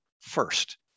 first